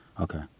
Okay